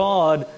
God